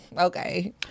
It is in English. okay